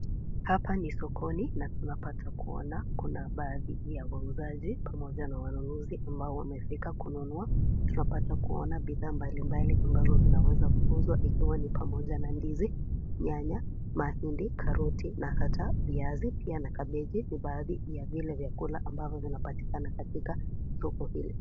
Hapa ni sokoni na tupata kuona baadhi ya wauzaji pamoja na wanunuzi ambao wamefika kununua. Tunapata kuona bidhaa mbalimbali ambazo zimeweza kuuzwa ikiwa ni pamoja na ndizi, nyanya, mahindi, karoti na kata viazi pia na kabeji ni baadhi ya vile vyakula ambavyo vinapatikana katika soko hili.